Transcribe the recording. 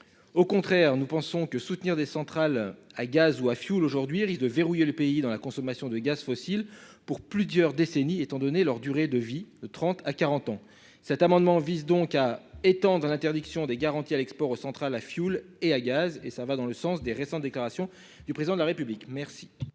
Au contraire, nous pensons que soutenir des centrales à gaz ou à fioul aujourd'hui risque de verrouiller le pays dans la consommation de gaz fossile pour plusieurs décennies. Étant donné leur durée de vie 30 à 40 ans, cet amendement vise donc à étant dans l'interdiction des garanties à l'export aux centrales à fioul et à gaz et ça va dans le sens des récentes déclarations du président de la République. Merci.--